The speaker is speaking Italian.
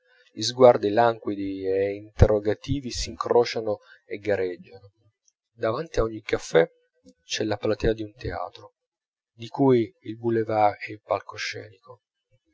gli sguardi languidi e interrogativi s'incrociano e gareggiano davanti a ogni caffè c'è la platea d'un teatro di cui il boulevard è il palcoscenico